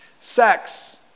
sex